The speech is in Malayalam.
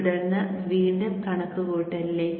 തുടർന്ന് വീണ്ടും കണക്കുകൂട്ടലിലേക്ക്